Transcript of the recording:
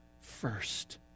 first